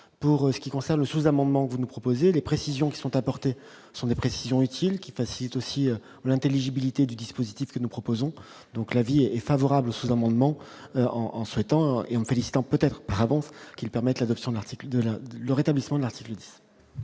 pour ce qui concerne le sous-amendement, vous nous proposez, les précisions qui sont apportées sont des précisions utiles qui facilite aussi l'intelligibilité du dispositif que nous proposons donc, la vie est favorable sous-amendements en souhaitant et en félicitant peut-être par avance qu'il permette l'adoption de l'article de